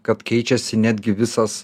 kad keičiasi netgi visas